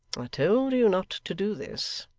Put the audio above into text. i told you not to do this.